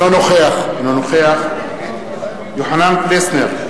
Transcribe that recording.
אינו נוכח יוחנן פלסנר,